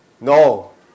No